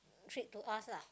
treat to us lah